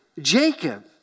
Jacob